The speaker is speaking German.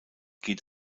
geht